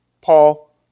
Paul